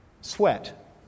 sweat